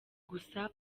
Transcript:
gusa